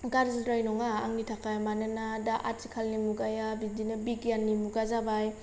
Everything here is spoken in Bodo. गाज्रिद्राय नङा आंनि थाखाय मानोना दा आथिखालनि मुगाया बिदिनो बिगियाननि मुगा जाबाय